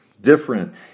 different